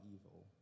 evil